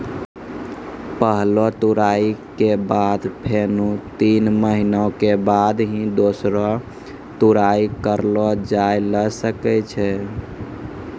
पहलो तुड़ाई के बाद फेनू तीन महीना के बाद ही दूसरो तुड़ाई करलो जाय ल सकै छो